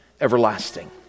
everlasting